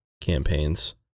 campaigns